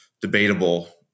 debatable